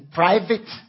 private